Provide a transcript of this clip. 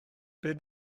beth